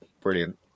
brilliant